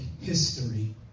history